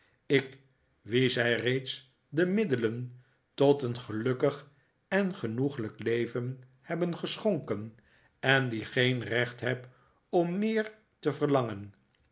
ik wien zij reeds de middelen tot een gelukkig en genoeglijk leven hebben geschonken en die geen recht heb om meer te verlangen